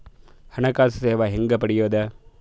ಹಣಕಾಸು ಸೇವಾ ಹೆಂಗ ಪಡಿಯೊದ?